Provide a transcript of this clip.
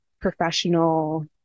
professional